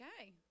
Okay